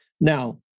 Now